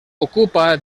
ocupa